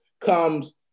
comes